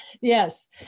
Yes